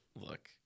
look